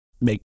make